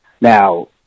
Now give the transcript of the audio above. Now